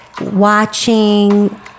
watching